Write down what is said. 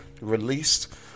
released